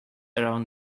around